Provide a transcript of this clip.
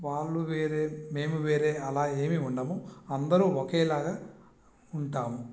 వాళ్ళు వేరే మేము వేరే అలా ఏమీ ఉండము అందరూ ఒకేలాగా ఉంటాము